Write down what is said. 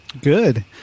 good